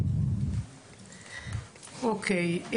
אוקי.